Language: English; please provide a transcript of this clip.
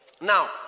Now